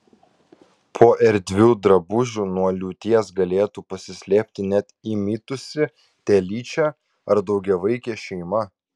po erdviu drabužiu nuo liūties galėtų pasislėpti net įmitusi telyčia ar daugiavaikė šeima